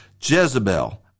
Jezebel